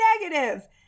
negative